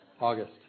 August